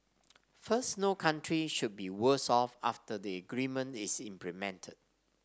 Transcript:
first no country should be worse off after the agreement is implemented